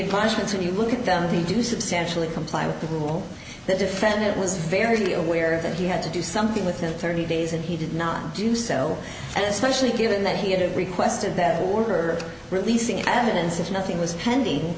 apartments when you look at the do substantially comply with the rule the defendant was very aware that he had to do something within thirty days and he did not do so and especially given that he had requested that order releasing evidence if nothing was pending